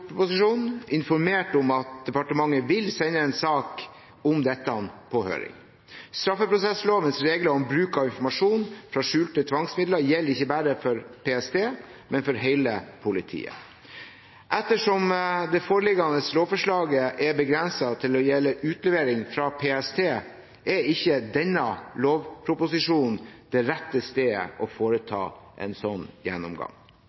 informert om at departementet vil sende en sak om dette på høring. Straffeprosesslovens regler om bruk av informasjon fra skjulte tvangsmidler gjelder ikke bare for PST, men for hele politiet. Ettersom det foreliggende lovforslaget er begrenset til å gjelde utlevering fra PST, er ikke denne lovproposisjonen det rette stedet å foreta en slik gjennomgang.